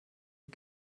die